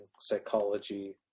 psychology